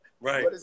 Right